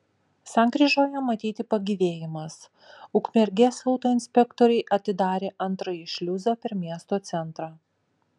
sankryžoje matyti pagyvėjimas ukmergės autoinspektoriai atidarė antrąjį šliuzą per miesto centrą